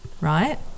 right